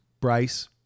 Bryce